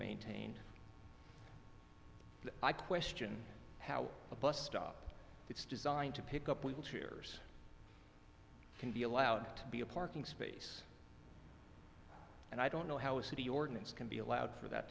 maintained i question how a bus stop it's just dying to pick up wheelchairs can be allowed to be a parking space and i don't know how a city ordinance can be allowed for that